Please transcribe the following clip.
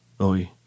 Oi